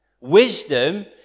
Wisdom